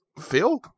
Phil